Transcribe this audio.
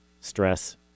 stress